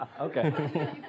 Okay